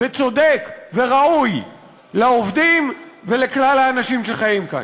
צודק וראוי לעובדים ולכלל האנשים שחיים כאן.